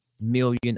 million